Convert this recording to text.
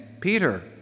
Peter